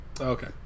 Okay